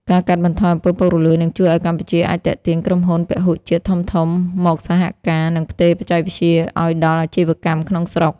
ការកាត់បន្ថយ អំពើពុករលួយ នឹងជួយឱ្យកម្ពុជាអាចទាក់ទាញក្រុមហ៊ុនពហុជាតិធំៗ មកសហការ និងផ្ទេរបច្ចេកវិទ្យាឱ្យដល់អាជីវកម្មក្នុងស្រុក។